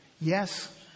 Yes